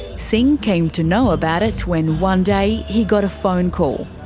singh came to know about it when one day he got a phone call.